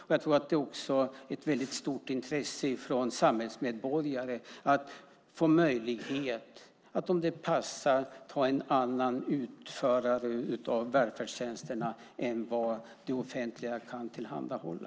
Jag tror också att det finns ett mycket stort intresse från samhällsmedborgare att om det passar ha en annan utförare av välfärdstjänsterna än vad det offentliga kan tillhandahålla.